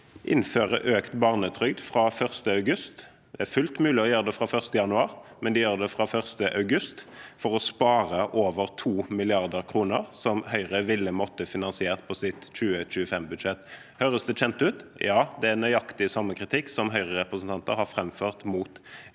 innfører økt barnetrygd fra 1. august. Det er fullt mulig å gjøre det fra 1. januar, men de gjør det fra 1. august for å spare over 2 mrd. kr, som Høyre måtte ha finansiert på sitt 2025-budsjett. Høres det kjent ut? Ja, det er nøyaktig samme kritikk som Høyre-representanter har framført mot